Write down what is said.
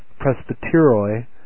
presbyteroi